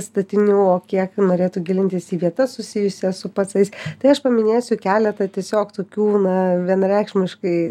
statinių o kiek norėtų gilintis į vietas susijusias su pacais tai aš paminėsiu keletą tiesiog tokių na vienareikšmiškai